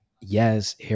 yes